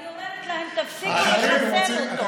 אני אומרת להם: תפסיקו לחסל אותו.